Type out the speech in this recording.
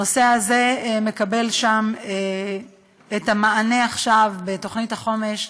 הנושא הזה מקבל שם את המענה עכשיו, בתוכנית החומש,